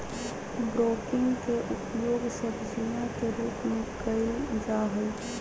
broccoli के उपयोग सब्जीया के रूप में कइल जाहई